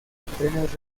trenes